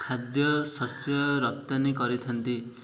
ଖାଦ୍ୟ ଶସ୍ୟ ରପ୍ତାନି କରିଥାନ୍ତି